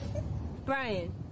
Brian